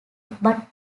but